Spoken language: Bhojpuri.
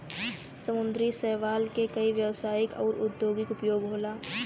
समुंदरी शैवाल के कई व्यवसायिक आउर औद्योगिक उपयोग होला